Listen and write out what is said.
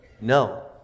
no